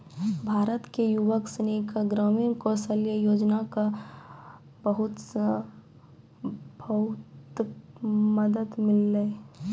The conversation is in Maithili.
भारत के युवक सनी के ग्रामीण कौशल्या योजना के माध्यम से बहुत मदद मिलै छै